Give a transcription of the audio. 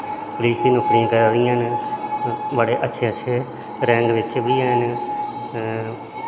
police दा नौकरी करा दियां न बड़े अच्छे अच्छे रैंक बिच्च बी हैन